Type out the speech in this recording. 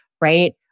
right